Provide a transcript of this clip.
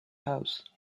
house